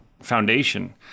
Foundation